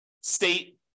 state